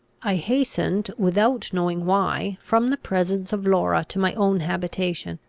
i hastened, without knowing why, from the presence of laura to my own habitation.